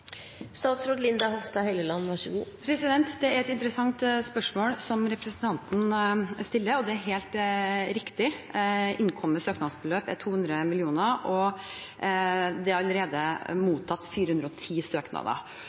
Det er et interessant spørsmål som representanten stiller, og det er helt riktig: Innkomne søknadsbeløp er 200 mill. kr, og det er allerede mottatt 410 søknader.